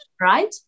right